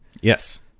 Yes